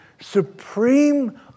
supreme